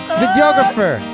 videographer